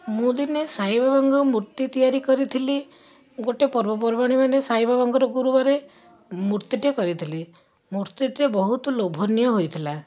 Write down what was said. ମୁଁ ଦିନେ ସାଇବାବାଙ୍କ ମୂର୍ତ୍ତି ତିଆରି କରିଥିଲି ଗୋଟେ ପର୍ବପର୍ବାଣୀମାନେ ସାଇବାବାଙ୍କ ଗୁରୁବାର ମୂର୍ତ୍ତିଟିଏ କରିଥିଲି ମୂର୍ତ୍ତିଟି ବହୁତ ଲୋଭନୀୟ ହୋଇଥିଲା